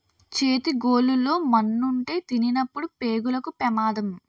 చేతి గోళ్లు లో మన్నుంటే తినినప్పుడు పేగులకు పెమాదం